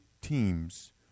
teams